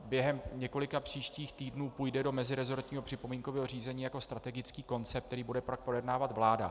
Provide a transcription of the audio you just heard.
Během několika příštích týdnů půjde do meziresortního připomínkového řízení jako strategický koncept, který bude pak projednávat vláda.